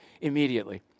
immediately